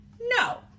No